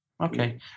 Okay